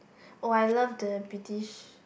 oh I love the British